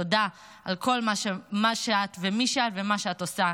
תודה על כל מה שאת ומי שאת ומה שאת עושה.